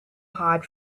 hot